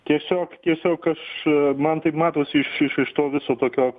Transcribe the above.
tiesiog tiesiog aš man taip matosi iš iš iš to viso tokio